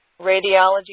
radiology